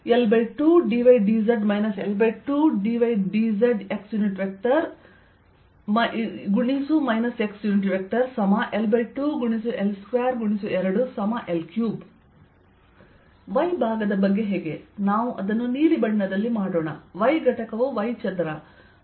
x part L2dydz L2dydzx xL2L2×2L3 y ಭಾಗದ ಬಗ್ಗೆ ಹೇಗೆ ನಾವು ಅದನ್ನು ನೀಲಿ ಬಣ್ಣದಲ್ಲಿ ಮಾಡೋಣ y ಘಟಕವು y ಚದರ